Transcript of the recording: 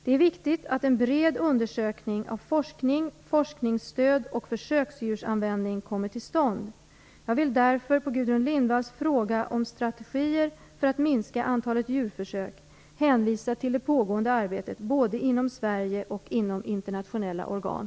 Det är viktigt att en bred undersökning av forskning, forskningsstöd och försöksdjursanvändning kommer till stånd. Jag vill därför på Gudrun Lindvalls fråga om strategier för att minska antalet djurförsök hänvisa till det pågående arbetet både inom Sverige och inom internationella organ.